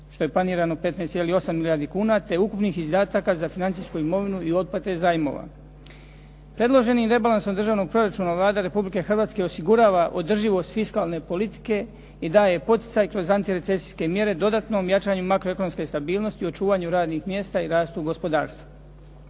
što je planirano 15,8 milijardi kuna te ukupnih izdataka za financijsku imovinu i otplate zajmova. Predloženim Rebalansom državnog proračuna Vlada Republike Hrvatske osigurava održivost fiskalne politike i daje poticaj kroz antirecesijske mjere dodatnom jačanju makroekonomske stabilnosti i očuvanju radnih mjesta i rastu gospodarstva.